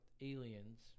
aliens